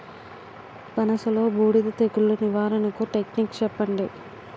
పనస లో బూడిద తెగులు నివారణకు టెక్నిక్స్ చెప్పండి?